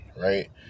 Right